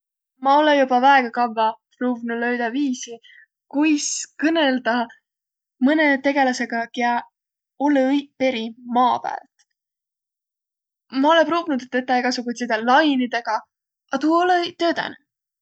Ma olõ joba väega kavva pruuv'nuq löüdäq viisi, kuis kõnõldaq mõnõ tegeläsega, kiä olõ õiq peri maa päält. Ma olõ pruuvnuq egäsugutsidõ lainidõgq, a tuu olõ-i töödänüq.